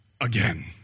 again